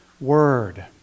word